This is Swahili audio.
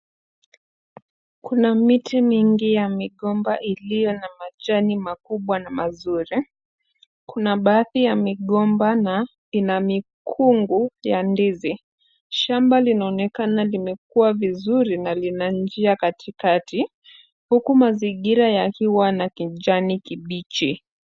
Kuna miti mingi ya migomba iliyo na majani makubwa na mazuri. Kuna baadhi ya migomba na ina mikungu ya ndizi. Shamba linaonekana limekuwa vizuri na lina njia katikati huku mazingira yakiwa na kijani kibichi.